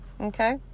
okay